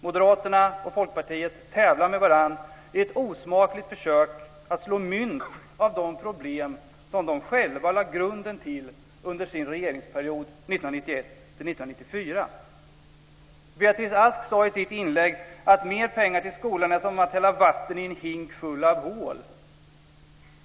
Moderaterna och Folkpartiet tävlar med varandra i ett osmakligt försök att slå mynt av de problem som de själva lade grunden till under sin regeringsperiod 1991-1994. Beatrice Ask sade i sitt inlägg att mer pengar till skolan är som att hälla vatten i en hink full av hål.